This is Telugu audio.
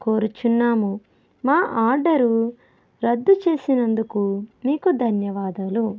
కోరుచున్నాము మా ఆర్డర్ రద్దు చేసినందుకు నీకు ధన్యవాదాలు